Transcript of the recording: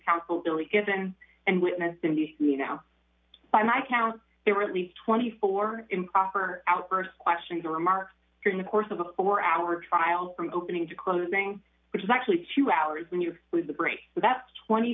counsel duly given and witnessed in these you know by my count there were at least twenty four improper outbursts questions or remarks during the course of a four hour trial from opening to closing which is actually two hours when you're with a break that's twenty